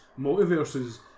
multiverses